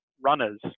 runners